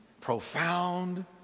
profound